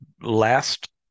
last